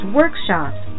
workshops